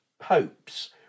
popes